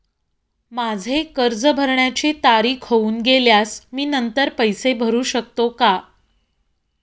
माझे कर्ज भरण्याची तारीख होऊन गेल्यास मी नंतर पैसे भरू शकतो का?